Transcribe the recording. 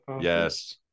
yes